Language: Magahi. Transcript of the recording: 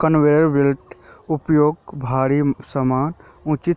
कन्वेयर बेल्टेर उपयोग भारी समान ऊंचाई